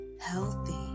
healthy